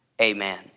Amen